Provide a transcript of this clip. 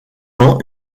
ans